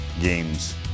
games